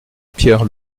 pierre